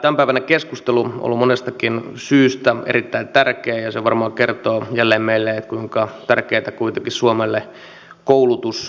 tämä tämänpäiväinen keskustelu on ollut monestakin syystä erittäin tärkeä ja se varmaan kertoo jälleen meille kuinka tärkeätä kuitenkin suomelle koulutus on